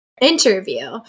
interview